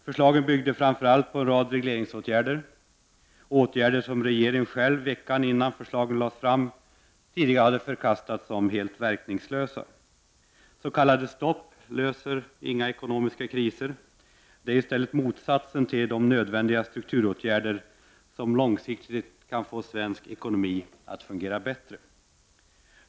Förslagen gällde framför allt en rad regleringsåtgärder, åtgärder som regeringen själv veckan innan förslagen lades fram förkastat som helt verkningslösa. S.k. stopp löser inga ekonomiska kriser. Det är i stället motsatsen till de nödvändiga strukturåtgärder som långsiktigt kan få svensk ekonomi att fungera bättre.